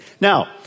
Now